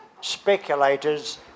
speculators